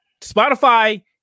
Spotify